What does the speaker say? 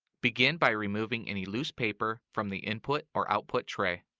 begin by removing any loose paper from the input or output tray.